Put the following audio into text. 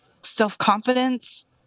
self-confidence